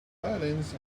violins